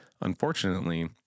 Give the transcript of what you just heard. unfortunately